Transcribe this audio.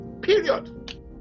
Period